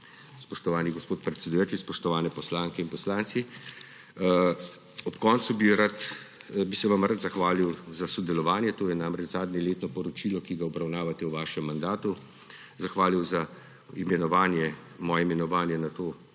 Spoštovani gospod predsedujoči, spoštovane poslanke in poslanci, ob koncu bi se vam rad zahvalil za sodelovanje – to je namreč zadnje letno poročilo, ki ga obravnavate v svojem mandatu – zahvalil za svoje imenovanje na to zahtevno